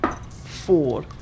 Four